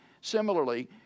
Similarly